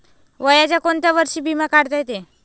वयाच्या कोंत्या वर्षी बिमा काढता येते?